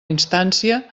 instància